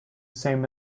same